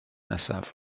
nesaf